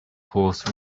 horse